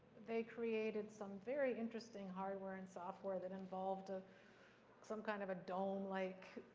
they created some very interesting hardware and software that involved ah some kind of a dome like